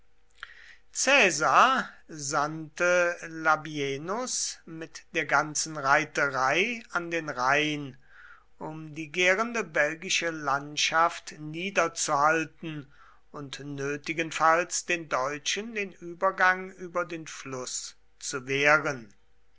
sandte labienus mit der ganzen reiterei an den rhein um die gärende belgische landschaft niederzuhalten und nötigenfalls den deutschen den übergang über den fluß zu wehren